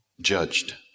judged